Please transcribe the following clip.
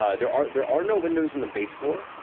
ah there are there are no windows on the base floor,